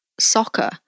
soccer